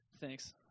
Thanks